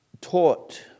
taught